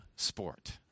sport